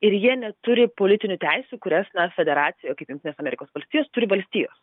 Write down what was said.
ir jie neturi politinių teisių kurias na federacija kaip jungtinės amerikos valstijos turi valstijos